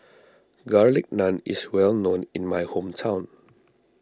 Garlic Naan is well known in my hometown